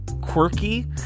quirky